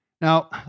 Now